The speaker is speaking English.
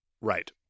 Right